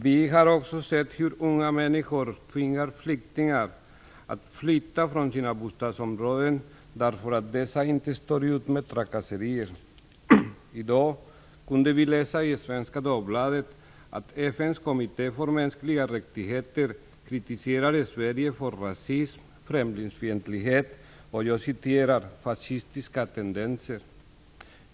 Vi har också sett hur unga människor tvingar flyktingar att flytta från sina bostadsområden därför att flyktingarna inte står ut med trakasserier. I dag kunde vi läsa i Svenska Dagbladet att FN:s kommitté för mänskliga rättigheter kritiserar Sverige för rasism, främlingsfientlighet och "fascistiska tendenser".